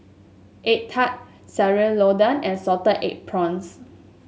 egg tart Sayur Lodeh and Salted Egg Prawns